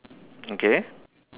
okay